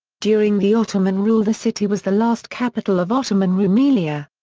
during the ottoman rule the city was the last capital of ottoman rumelia.